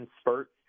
spurts